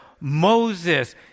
Moses